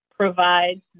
provides